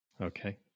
Okay